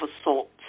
assault